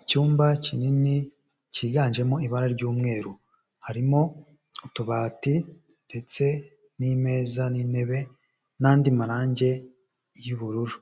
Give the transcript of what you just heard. Icyumba kinini cyiganjemo ibara ry'umweru. Harimo utubati, ndetse n'imeza n'intebe n'andi marangi y'ubururu.